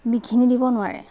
বিঘিনি দিব নোৱাৰে